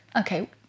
okay